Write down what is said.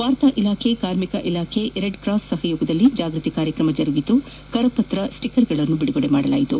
ವಾರ್ತಾ ಇಲಾಖೆ ಕಾರ್ಮಿಕ ಇಲಾಖೆ ರೆಡ್ ಕ್ರಾಸ್ ಸಹಯೋಗದಲ್ಲಿ ಜಾಗೃತಿ ಕಾರ್ಯಕ್ರಮ ಜರುಗಿದ್ದು ಕರಪತ್ರ ಮತ್ತು ಸ್ಟಿಕರ್ಗಳನ್ನು ಬಿಡುಗಡೆ ಮಾಡಲಾಯಿತು